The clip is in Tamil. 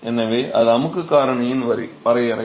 எனவே இது அமுக்குக் காரணியின் வரையறை